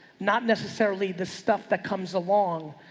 not necessarily the stuff that comes along,